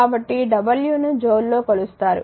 కాబట్టి w ను జూల్లో కొలుస్తారు